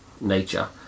nature